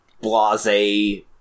blase